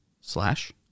slash